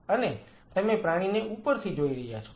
અને તમે પ્રાણીને ઉપરથી જોઈ રહ્યા છો